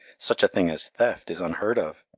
such a thing as theft is unheard of.